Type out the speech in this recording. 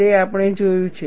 તે આપણે જોયું છે